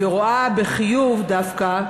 ורואה בחיוב דווקא,